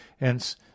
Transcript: Hence